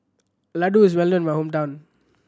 ladoo is well known in my hometown